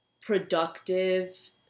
productive